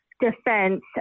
defense